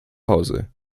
hause